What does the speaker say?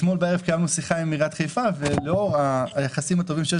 אתמול בערב קיימנו שיחה עם עיריית חיפה ולאור היחסים הטובים שיש